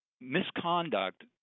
misconduct